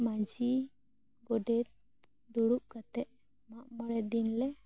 ᱢᱟᱺᱡᱷᱤ ᱜᱚᱰᱮᱛ ᱫᱩᱲᱩᱵ ᱠᱟᱛᱮ ᱢᱟᱜ ᱢᱚᱬᱮ ᱫᱤᱱ ᱞᱮ ᱜᱚᱴᱟᱭ ᱛᱮ